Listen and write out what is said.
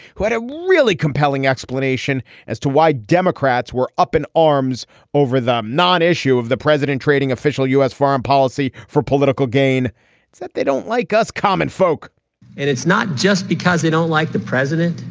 who had a really compelling explanation as to why democrats were up in arms over that non issue of the president trading official u s. foreign policy for political gain. it's that they don't like us common folk and it's not just because they don't like the president.